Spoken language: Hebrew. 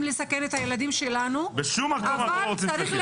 לסכן את הילדים שלנו --- בשום מקום אנחנו לא רוצים לסכן.